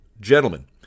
Gentlemen